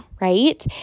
right